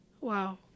Wow